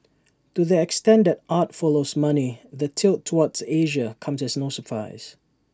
to the extent that art follows money the tilt toward Asia comes as no surprise